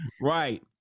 Right